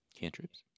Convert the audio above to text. cantrips